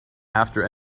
after